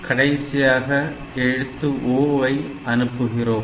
கடைசியாக எழுத்து O ஐ அனுப்புகிறோம்